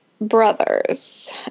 brothers